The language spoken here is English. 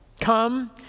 Come